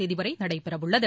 தேதி வரை நடைபெற உள்ளது